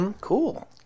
Cool